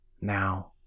Now